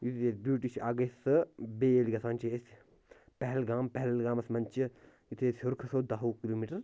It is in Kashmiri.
یُس ییٚتہِ بیٛوٗٹی چھِ اَکھ گٔے سۄ بیٚیہِ ییٚلہِ گژھان چھِ أسۍ پہلگام پہلگامَس منٛز چھِ یُتھٕے أسۍ ہیٛور کھسو دَہ وُہ کِلوٗمیٖٹَر